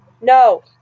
No